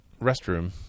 restroom